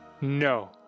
No